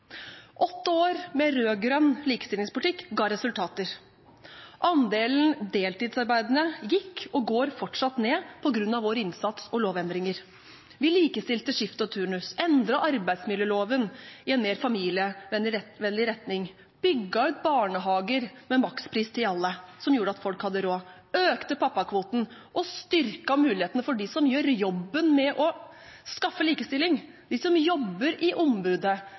Åtte år med rød-grønn likestillingspolitikk ga resultater. Andelen deltidsarbeidende gikk og går fortsatt ned på grunn av vår innsats og lovendringer. Vi likestilte skift og turnus, endret arbeidsmiljøloven i en mer familievennlig retning, bygget ut barnehager med makspris til alle, som gjorde at folk hadde råd, økte pappakvoten og styrket mulighetene for dem som gjør jobben med å skaffe likestilling – de som jobber hos ombudet, de som jobber i